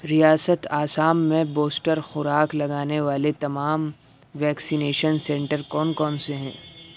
ریاست آسام میں بوسٹر خوراک لگانے والے تمام ویکسینیشن سینٹر کون کون سے ہیں